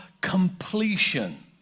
completion